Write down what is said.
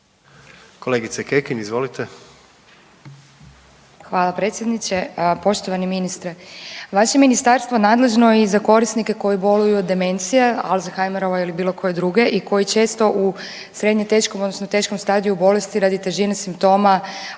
**Kekin, Ivana (NL)** Hvala predsjedniče. Poštovani ministre vaše ministarstvo nadležno je i za korisnike koji boluju od demencije, Alzheimera ili bilo koje druge i koji često u srednje teškom, odnosno teškom stadiju bolesti radi težine simptoma